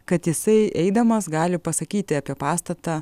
kad jisai eidamas gali pasakyti apie pastatą